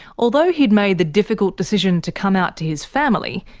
although he'd made the difficult decision to come out to his family,